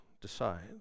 decide